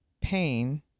pain